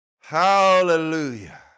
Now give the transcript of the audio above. Hallelujah